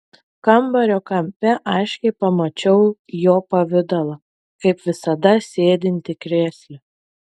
kambario kampe aiškiai pamačiau jo pavidalą kaip visada sėdintį krėsle